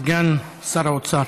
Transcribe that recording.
סגן שר האוצר.